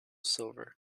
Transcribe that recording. silver